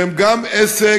שהן גם עסק,